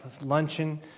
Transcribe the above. luncheon